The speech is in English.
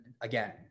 again